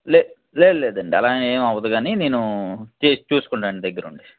లే లేదు లేదండి అలా అని ఏం అవ్వదు గానీ నేనూ చే చూసుకుంటానండి దగ్గరుండి